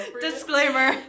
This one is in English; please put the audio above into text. Disclaimer